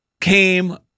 came